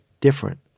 different